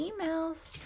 emails